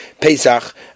Pesach